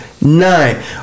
Nine